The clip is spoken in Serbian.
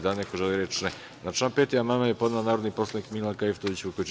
Da li neko želi reč? (Ne.) Na član 5. amandman je podnela narodni poslanik Milanka Jevtović Vukojičić.